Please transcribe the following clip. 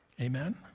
Amen